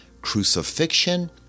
Crucifixion